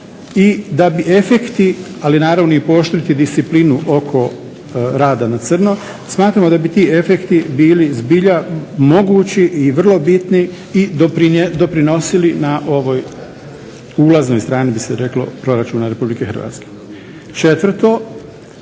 i da bi efekti ali naravno pooštriti disciplinu oko rada na crno smatramo da bi ti efekti bili zbilja mogući i vrlo bitno i doprinosili na ovoj ulaznoj strani bi se reklo proračuna RH. Četvrto,